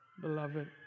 beloved